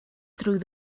through